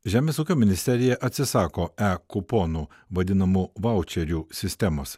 žemės ūkio ministerija atsisako e kuponų vadinamų vaučerių sistemos